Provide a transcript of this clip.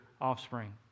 offspring